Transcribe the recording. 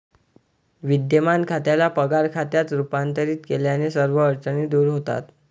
विद्यमान खात्याला पगार खात्यात रूपांतरित केल्याने सर्व अडचणी दूर होतात